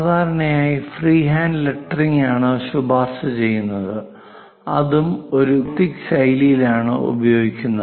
സാധാരണയായി freehand lettering ആണ് ശുപാർശ ചെയ്യുന്നത് അതും ഒരു ഗോതിക് ശൈലിയിലാണ് ഉപയോഗിക്കുന്നത്